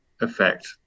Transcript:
effect